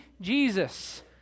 Jesus